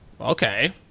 okay